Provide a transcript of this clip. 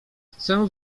chcę